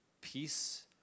peace